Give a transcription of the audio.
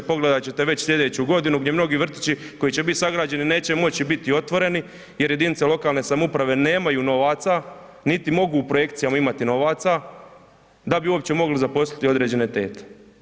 Pogledat ćete već slijedeću godinu gdje mnogi vrtići koji će biti sagrađeni neće moći biti otvoreni jer jedinice lokalne samouprave nemaju novaca niti mogu projekcijom imati novaca da bi uopće mogli zaposliti određene tete.